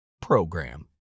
PROGRAM